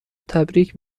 تبریک